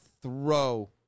throw